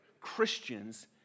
Christians